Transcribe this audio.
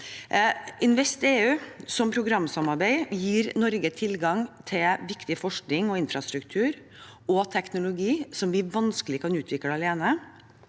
InvestEU som programsamarbeid gir Norge tilgang til viktig forskning, infrastruktur og teknologi som vi vanskelig kan utvikle alene.